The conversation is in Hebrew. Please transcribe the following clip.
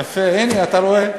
יפה, הנה, אתה רואה.